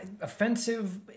offensive